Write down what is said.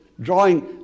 drawing